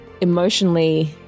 Emotionally